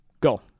go